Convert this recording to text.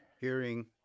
hearing